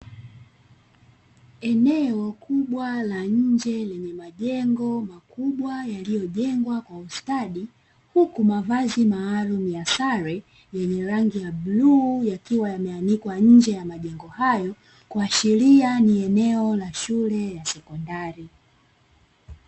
Eneo kubwa la nje lenye majengo makubwa yaliyojengwa kwa ustadi, huku mavazi maalum ya sare yenye rangi ya bluu yakiwa yameanikwa nje ya majengo hayo kuashiria ni eneo la shule ya Sekondari.